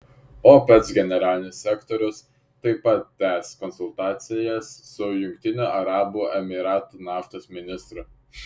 opec generalinis sekretorius taip pat tęs konsultacijas su jungtinių arabų emyratų naftos ministru